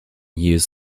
use